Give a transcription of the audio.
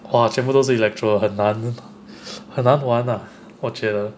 哇全部都是 electro 很难很难玩呐我觉得